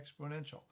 Exponential